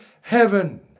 heaven